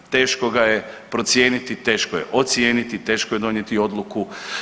Teško ga je procijeniti, teško je ocijeniti, teško je donijeti odluku.